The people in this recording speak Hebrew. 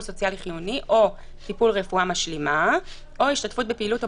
סוציאלי חיוני או טיפול רפואה משלימה או השתתפות בפעילות או